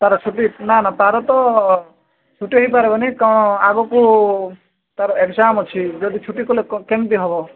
ତା'ର ଛୁଟି ନା ନା ତା'ର ତ ଛୁଟି ହେଇ ପାରିବନି କାରଣ ଆଗକୁ ତା'ର ଏକଜାମ୍ ଅଛି ଯଦି ଛୁଟି କଲେ କେମିତି ହେବ